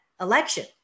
election